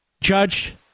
Judge